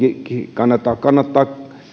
kannattaa kannattaa